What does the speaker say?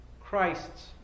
Christ's